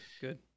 good